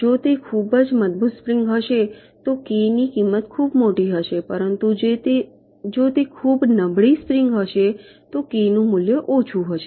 જો તે ખૂબ જ મજબૂત સ્પ્રિંગ હશે તો કે ની કિંમત ખૂબ મોટી હશે પરંતુ જો તે ખૂબ નબળી સ્પ્રિંગ હશે તો કે નું મૂલ્ય ઓછું હશે